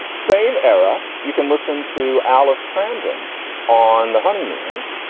same era. you can listen to alice cramton on the honeymooners.